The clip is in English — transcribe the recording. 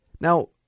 Now